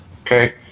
okay